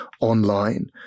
online